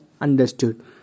understood